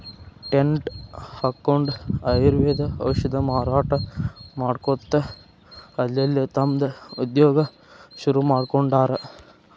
tent ಹಕ್ಕೊಂಡ್ ಆಯುರ್ವೇದ ಔಷಧ ಮಾರಾಟಾ ಮಾಡ್ಕೊತ ಅಲ್ಲಲ್ಲೇ ತಮ್ದ ಉದ್ಯೋಗಾ ಶುರುರುಮಾಡ್ಕೊಂಡಾರ್